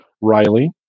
Riley